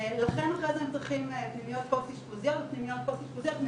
לכן אחרי זה הם צריכים פנימיות פוסט אשפוזיות ופנימיות פוסט אשפוזיות,